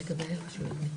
בבקשה.